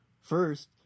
first